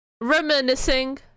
Reminiscing